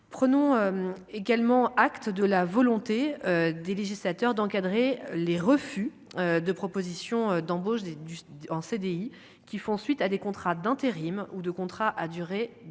prenons également acte de la volonté des législateurs d'encadrer les refus de proposition d'embauche des du en CDI qui font suite à des contrats d'intérim ou de contrat à durée